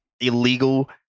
illegal